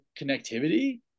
connectivity